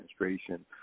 Administration